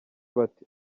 bati